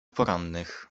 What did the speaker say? porannych